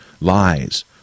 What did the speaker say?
lies